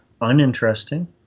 uninteresting